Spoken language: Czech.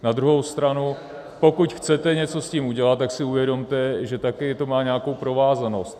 Na druhou stranu pokud chcete něco s tím udělat, tak si uvědomte, že také to má nějakou provázanost.